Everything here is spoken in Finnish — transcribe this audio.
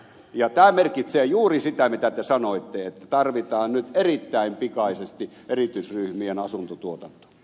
tämä merkitsee juuri sitä mitä te sanoitte että tarvitaan nyt erittäin pikaisesti erityisryhmien asuntotuotantoa